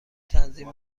تنظیم